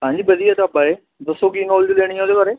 ਹਾਂਜੀ ਵਧੀਆ ਢਾਬਾ ਏ ਦੱਸੋ ਕੀ ਨੋਲੇਜ ਲੈਣੀ ਹੈ ਉਹਦੇ ਬਾਰੇ